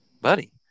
buddy